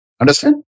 understand